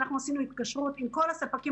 אנחנו עשינו התקשרות עם כל הספקים